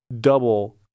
double